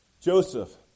Joseph